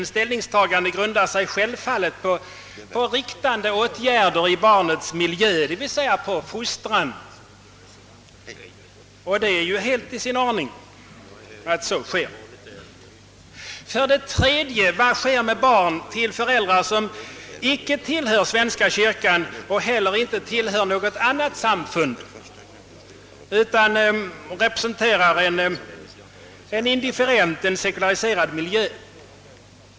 Ställningstlagandet grundar sig självfallet på riktande åtgärder i barnens miljö, d. v. s. fostran, och detta är helt i sin ordning. För det tredje: vad sker med barn till föräldrar som icke tillhör svenska kyrkan och icke något annat samfund heller utan som representerar en sekulariserad miljö?